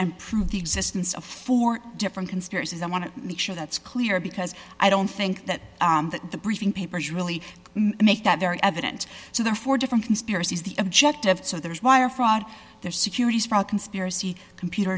and prove the existence of four different conspiracies i want to make sure that's clear because i don't think that the briefing papers really make that very evident so there are four different conspiracies the objective so there is wire fraud there securities fraud conspiracy computer